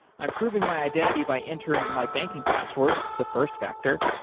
i'm proving my identity by entering my banking password the first factor,